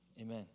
Amen